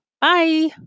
Bye